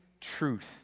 truth